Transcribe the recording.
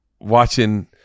watching